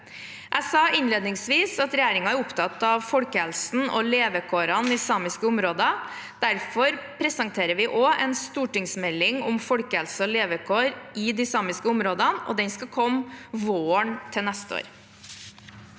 Jeg sa innledningsvis at regjeringen er opptatt av folkehelsen og levekårene i samiske områder. Derfor presenterer vi også en stortingsmelding om folkehelse og levekår i de samiske områdene, og den skal komme til våren neste år.